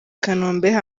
kanombe